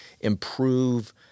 improve